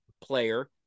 player